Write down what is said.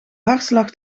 hartslag